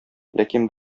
ләкин